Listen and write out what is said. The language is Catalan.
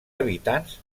habitants